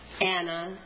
Anna